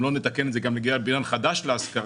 לא נתקן את זה גם לגבי בניין חדש להשכרה,